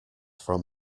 from